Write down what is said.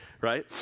right